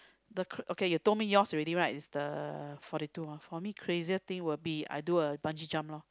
the cr~ okay you tell me yours is already right is the forty two hor for me crazier thing will be I do a bungee jump loh